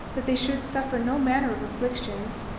that they should suffer no manner of afflictions,